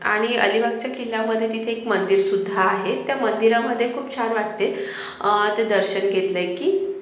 आणि अलिबागच्या किल्ल्यामध्ये तिथे एक मंदिरसुद्धा आहे त्या मंदिरामधे खूप छान वाटते ते दर्शन घेतले की